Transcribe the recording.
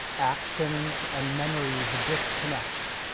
actions and memories disconnect.